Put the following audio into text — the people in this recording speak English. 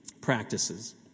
practices